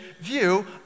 view